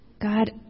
God